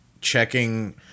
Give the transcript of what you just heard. checking